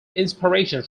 inspiration